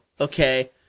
okay